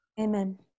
Amen